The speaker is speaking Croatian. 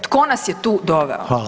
Tko nas je tu doveo?